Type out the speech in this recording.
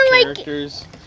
characters